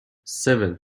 seven